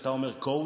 כשאתה אומר coach,